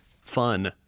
fun